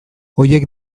horiek